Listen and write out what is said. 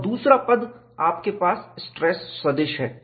और दूसरा पद आपके पास स्ट्रेस सदिश है